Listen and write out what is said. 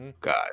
God